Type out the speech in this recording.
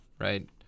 right